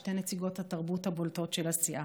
שתי נציגות התרבות הבולטות של הסיעה.